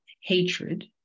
hatred